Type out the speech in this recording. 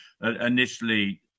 initially